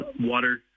water